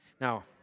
now